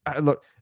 look